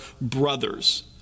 brothers